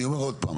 אני אומר עוד פעם.